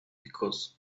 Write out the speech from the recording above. because